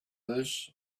this